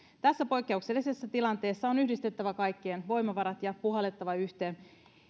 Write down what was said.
tässä poikkeuksellisessa tilanteessa on yhdistettävä kaikkien voimavarat ja puhallettava yhteen